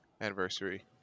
anniversary